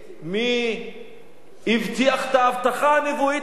מי הבטיח את ההבטחה הנבואית הזאת,